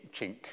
chink